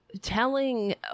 telling